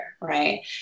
right